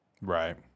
Right